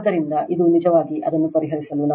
ಆದ್ದರಿಂದ ಇದು ನಿಜವಾಗಿ ಅದನ್ನು ಪರಿಹರಿಸಲು